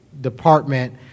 department